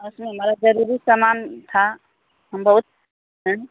उसमें हमार जरूरी समान था हम बहुत हैं